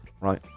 right